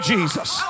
Jesus